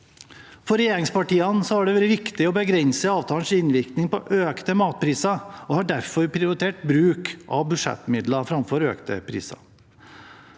For regjeringspartiene har det vært viktig å begrense avtalens innvirkning på økte matpriser, og man har derfor prioritert bruk av budsjettmidler framfor økte priser.